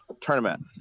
tournament